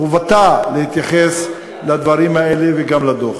חובתה להתייחס לדברים האלה וגם לדוח.